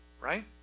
right